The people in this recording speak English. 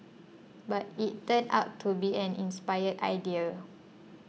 but it turned out to be an inspired idea